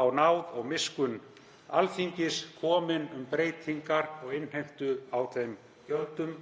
á náð og miskunn Alþingis komin um breytingar og innheimtu á þeim gjöldum.